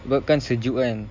sebab kan sejuk kan